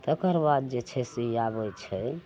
तकरबाद जे छै से ई आबय छै